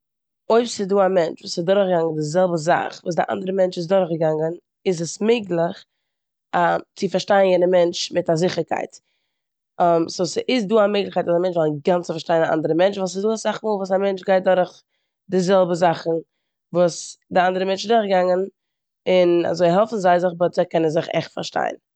אויב ס'איז דא א מענטש וואס איז דורכגעגאנגען די זעלבע זאך וואס די אנדערע מענטש איז דורכגעגאנגען איז עס מעגליך צו פארשטיין יענע מענטש מיט א זיכערקייט. סאו ס'איז דא א מעגליכקייט אז א מענטש זאל אינגאנצן פארשטיין א אנדערע מענטש ווייל ס'דא אסאך מאל וואס א מענטש גייט דורך די זעלבע זאכן וואס די אנדערע מענטש איז דורכגעגאנגען און אזוי העלפן זיי זיך באט זיי קענען זיך עכט פארשטיין.